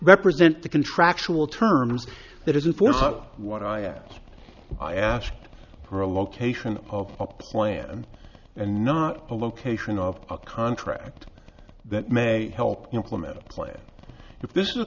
represent the contractual terms that is a form not what i asked i asked for a location of a plan and not a location of a contract that may help implement a plan if this is a